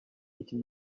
iki